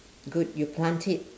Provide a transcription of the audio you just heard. good you plant it